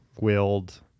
willed